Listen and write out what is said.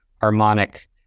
harmonic